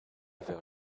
vers